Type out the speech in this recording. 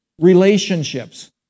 relationships